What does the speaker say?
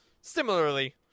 similarly